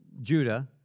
Judah